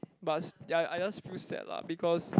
but s~ ya I just feel sad lah because